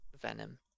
venom